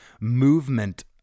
movement